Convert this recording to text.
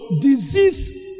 disease